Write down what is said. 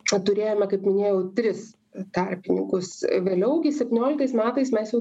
čia turėjome kaip minėjau tris tarpininkus vėliau kai septynioliktais metais mes jau